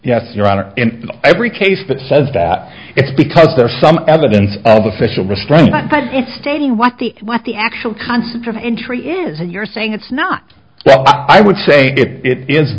yes your honor in every case that says that it's because there's some evidence of official restraint but it's stating what the what the actual concept of entry is and you're saying it's not well i would say it is